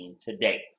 today